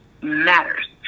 matters